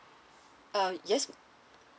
uh yes